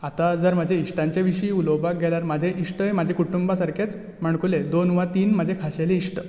आतां जर म्हज्या इश्टांच्या विशीं उलोवपाक गेल्यार म्हजे इश्टय म्हजे कुटूंबा सारकेच माणकुले दोन वा तीन म्हजे खाशेले इश्ट